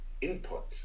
input